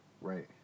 Right